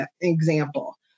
example